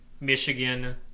Michigan